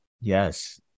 Yes